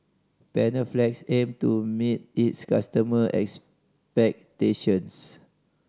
Panaflex aim to meet its customer expectations